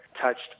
touched